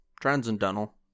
Transcendental